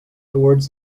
toward